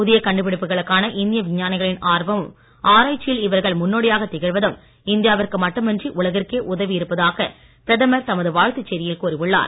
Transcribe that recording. புதிய கண்டுபிடிப்புகளுக்கான இந்திய விஞ்ஞானிகளின் ஆராய்ச்சியில் இவர்கள் முன்னோடியாகத் திகழ்வதும் இந்தியாவிற்கு மட்டுமின்றி உலகிற்கே உதவி இருப்பதாக பிரதமர் தமது வாழ்த்துச் செய்தியில் கூறியுள்ளார்